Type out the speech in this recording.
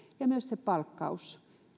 ja myös se palkkaus